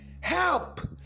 help